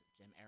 Jim